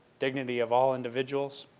dignity of all individuals.